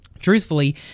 truthfully